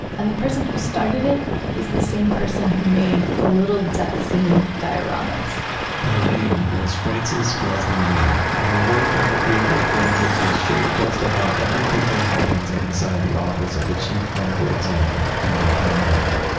and the person who started it is the same person who made the little death scene dioramas her name was frances glessner lee and her work in the field of forensics has shaped just about everything that happens inside the office of the chief medical examiner in baltimore, maryland